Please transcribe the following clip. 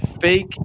fake